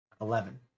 Eleven